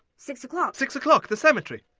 six o'clock? six o'clock! the cemetery!